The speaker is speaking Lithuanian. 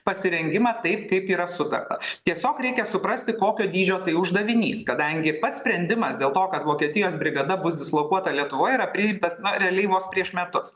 pasirengimą taip kaip yra sutarta tiesiog reikia suprasti kokio dydžio tai uždavinys kadangi pats sprendimas dėl to kad vokietijos brigada bus dislokuota lietuvoje yra priimtas na realiai vos prieš metus